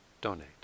donate